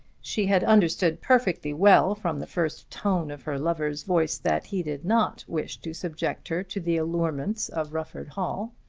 she had understood perfectly well from the first tone of her lover's voice that he did not wish to subject her to the allurements of rufford hall.